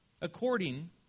According